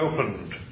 opened